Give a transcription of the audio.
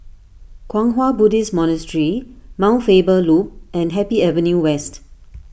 Kwang Hua Buddhist Monastery Mount Faber Loop and Happy Avenue West